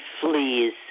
fleas